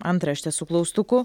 antraštė su klaustuku